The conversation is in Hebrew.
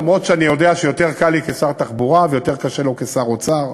למרות שאני יודע שיותר קל לי כשר התחבורה ויותר קשה לו כשר האוצר,